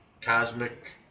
cosmic